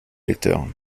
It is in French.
lecteurs